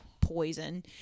poison